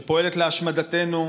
שפועלת להשמדתנו,